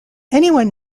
anyone